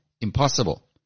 impossible